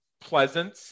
pleasant